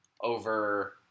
over